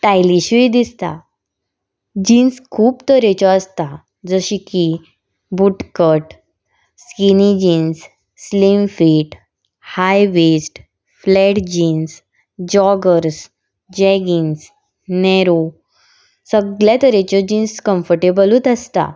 स्टायलिश्यूय दिसता जिन्स खूब तरेच्यो आसता जशी की bootcut skinny jeans slim fit high waist flat jeans joggers jeggings narrow सगळ्या तरेच्यो जिन्स कम्फर्टेबलूत आसता